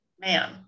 Man